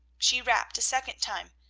she rapped a second time,